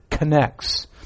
connects